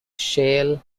shale